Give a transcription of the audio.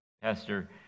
Pastor